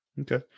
Okay